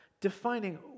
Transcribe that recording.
defining